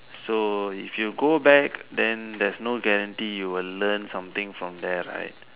so if you go back then there's no guarantee you will learn something from there right